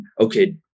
okay